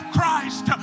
Christ